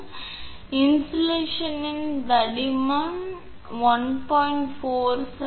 எனவே இன்சுலேஷன் தடிமன் 1